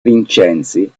vincenzi